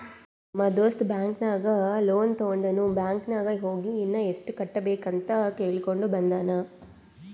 ನಮ್ ದೋಸ್ತ ಬ್ಯಾಂಕ್ ನಾಗ್ ಲೋನ್ ತೊಂಡಿನು ಬ್ಯಾಂಕ್ ನಾಗ್ ಹೋಗಿ ಇನ್ನಾ ಎಸ್ಟ್ ಕಟ್ಟಬೇಕ್ ಅಂತ್ ಕೇಳ್ಕೊಂಡ ಬಂದಾನ್